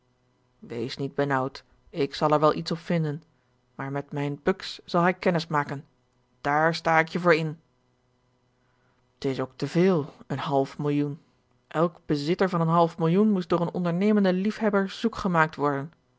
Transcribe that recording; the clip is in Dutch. wees niet benaauwd ik zal er wel iets op vinden maar met mijne buks zal hij kennis maken daar sta ik je voor in george een ongeluksvogel t is ook te veel een half millioen elk bezitter van een half millioen moest door een ondernemenden liefhebber zoek gemaakt worden